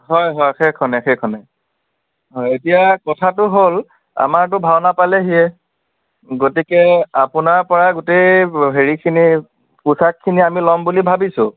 হয় হয় সেইখনেই সেইখনেই হয় এতিয়া কথাটো হ'ল আমাৰটো ভাওনা পালেহিয়ে গতিকে আপোনাৰপৰা গোটেই হেৰিখিনি পোচাকখিনি আমি লম বুলি ভাবিছোঁ